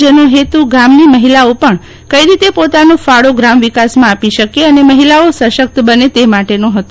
જેનો ફેતુ ગામની મફિલાઓને પણ કઈ રીતે પોતાનો ફાળો ગ્રામ વિકાસમાં આપી શકે અને મફિલાઓ સશક્ત બને તે માટેનો હતો